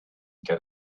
get